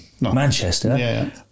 Manchester